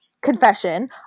Confession